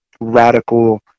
radical